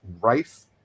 rice